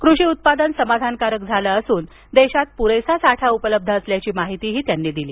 कृषी उत्पादन समाधानकारक झालं असून देशात पुरेसा साठा उपलब्ध असल्याची माहिती त्यांनी दिली